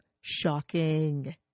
Shocking